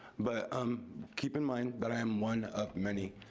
but um keep in mind that i'm one of many,